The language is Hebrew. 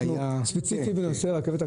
ספציפית בנושא הרכבת הקלה,